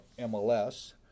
mls